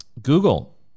Google